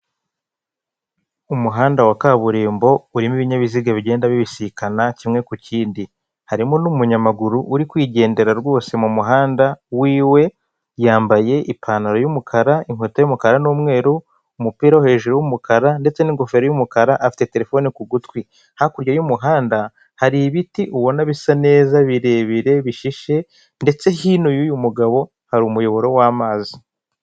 Umuhanda wa kaburimbo urimo ibinyabiziga bigenda bibisikana kimwe ku kindi. Harimo n'umunyamaguru uri kwigendera rwose mumuhanda wiwe, yambaye ipantaro y'umukara inkweto y'umukara n'umweru, umupira hejuru w'umukara ndetse n'ingofero y'umukara, afite terefone ku gutwi. Hakurya y'umuhanda, hari ibiti ubona bisa neza birebire bishishe, ndetse hino y'uyu mugabo hari umuyoboro w'amazi.